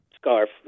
Scarf